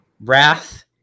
Wrath